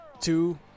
two